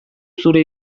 zure